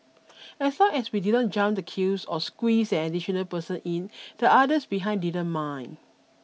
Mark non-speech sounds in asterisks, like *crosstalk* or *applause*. *noise* as long as we didn't jump the queues or squeezed an additional person in the others behind didn't mind